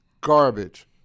garbage